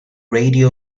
radio